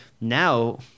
Now